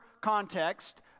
context